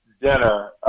dinner